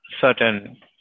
certain